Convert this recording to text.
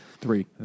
three